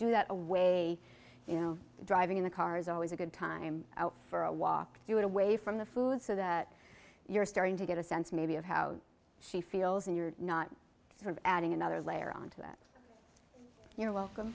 do that a way you know driving in the car is always a good time for a walk do it away from the food so that you're starting to get a sense maybe of how she feels and you're not sort of adding another layer on to that you're welcome